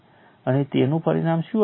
અને તેનું પરિણામ શું આવે છે